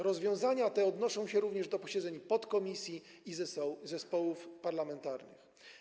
Rozwiązania te odnoszą się również do posiedzeń podkomisji i zespołów parlamentarnych.